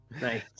Nice